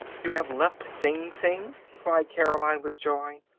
you have left sing sing? cried caroline with joy.